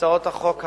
הצעות החוק האלה,